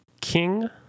King